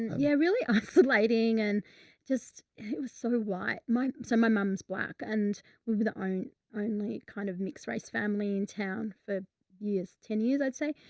yeah, really isolating and just, it was so white. my, so my mum's black and we were the only kind of mixed race family in town for years, ten years i'd say.